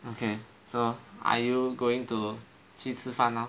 okay so are you going to 去吃饭 now